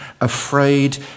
afraid